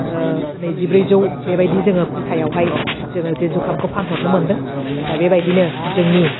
ओह नैजिब्रैजौ बेबायदि जोङो फैसायावहाय जोङो बे जुखामखौ फानहरनो मोनदों दा बेबायदिनो जोंनि